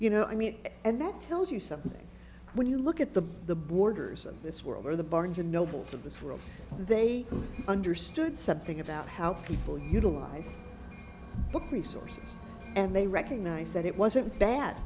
you know i mean and that tells you something when you look at the the borders of this world where the barnes and noble's of this world they understood something about how people utilize book resources and they recognize that it wasn't bad